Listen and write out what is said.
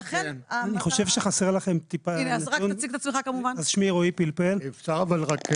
אז לא ירדתי